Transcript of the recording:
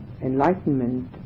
enlightenment